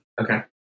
Okay